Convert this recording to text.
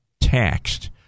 taxed